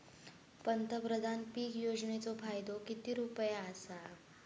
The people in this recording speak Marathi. पंतप्रधान पीक योजनेचो फायदो किती रुपये आसा?